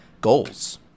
goals